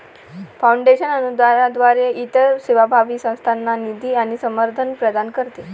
foundation अनुदानाद्वारे इतर सेवाभावी संस्थांना निधी आणि समर्थन प्रदान करते